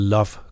Love